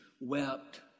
wept